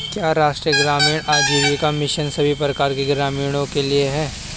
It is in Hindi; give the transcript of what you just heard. क्या राष्ट्रीय ग्रामीण आजीविका मिशन सभी प्रकार के ग्रामीणों के लिए है?